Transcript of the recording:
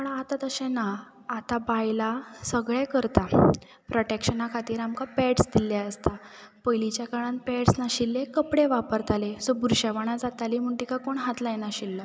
पूण आतां तशें ना आतां बायलां सगळें करतात प्रॉटॅक्शना खातीर आमकां पॅड्स दिल्ले आसतात पयलींच्या काळांत पॅड्स नाशिल्ले कपडे वापरताले सो बुरशेपणां जाताली म्हूण तिका कोण हात लाय नाशिल्लो